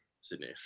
Sydney